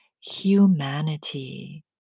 humanity